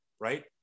Right